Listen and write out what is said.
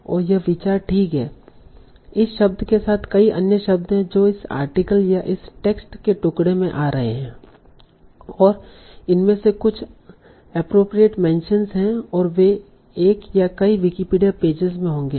और यह विचार ठीक है इस शब्द के साथ कई अन्य शब्द हैं जो इस आर्टिकल या इस टेक्स्ट के टुकड़े में आ रहे हैं और इनमें से कुछ एप्रोप्रियेट मेंशनस है और वे एक या कई विकिपीडिया पेजेज में होंगे